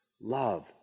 Love